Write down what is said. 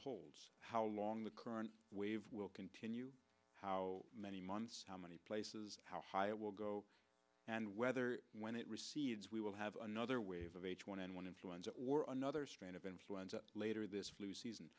holds how long the current wave will continue how many months how many places how high it will go and whether when it recedes we will have another wave of h one n one influenza or another strain of influenza later this flu season